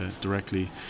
directly